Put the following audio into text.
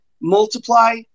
multiply